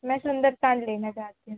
मैं सुंदरकांड लेना चाहती हूँ